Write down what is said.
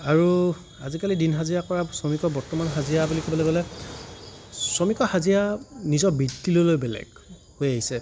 আৰু আজিকালি দিন হাজিৰা কৰা শ্ৰমিকৰ বৰ্তমান হাজিৰা বুলি ক'বলৈ গ'লে শ্ৰমিকৰ হাজিৰা নিজৰ বৃত্তি লৈ লৈ বেলেগ হৈ আহিছে